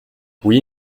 oui